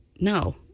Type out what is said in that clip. No